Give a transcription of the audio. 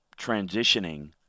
transitioning